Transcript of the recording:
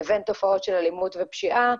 לבין תופעות של אלימות ופשיעה,